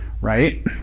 right